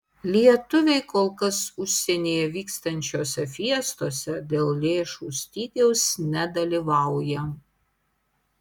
lietuviai kol kas užsienyje vykstančiose fiestose dėl lėšų stygiaus nedalyvauja